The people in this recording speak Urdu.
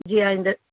جی آئندہ